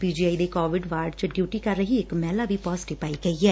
P G I ਦੇ covid ward ਚ duty ਕਰ ਰਹੀ ਇਕ ਮਹਿਲਾ ਵੀ ਪਾਜ਼ੇਟਿਵ ਪਾਈ ਗਈ ਐ